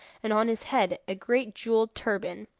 and on his head a great jewelled turban.